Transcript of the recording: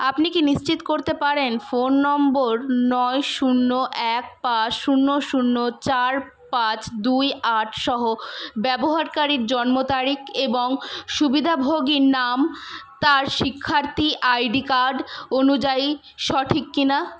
আপনি কি নিশ্চিত করতে পারেন ফোন নম্বর নয় শূন্য এক পাঁচ শূন্য শূন্য চার পাঁচ দুই আট সহ ব্যবহারকারীর জন্মতারিখ এবং সুবিধাভোগীর নাম তার শিক্ষার্থী আইডি কার্ড অনুযায়ী সঠিক কি না